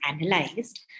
analyzed